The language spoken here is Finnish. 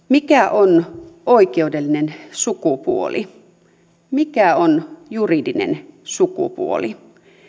mikä on oikeudellinen sukupuoli mikä on juridinen sukupuoli